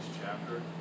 chapter